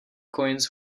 coins